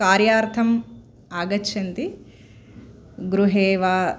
कार्यार्थम् आगच्छन्ति गृहे वा